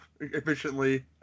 efficiently